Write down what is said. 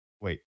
Wait